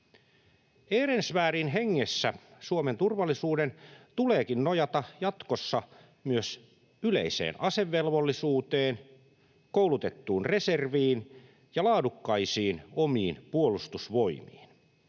Ehrensvärdin hengessä Suomen turvallisuuden tuleekin nojata jatkossa myös yleiseen asevelvollisuuteen, koulutettuun reserviin ja laadukkaisiin omiin puolustusvoimiin.